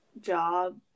job